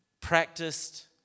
practiced